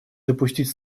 допустить